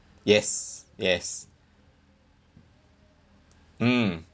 yes yes mm